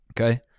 Okay